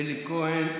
אלי כהן,